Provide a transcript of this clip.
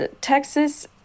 Texas